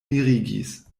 mirigis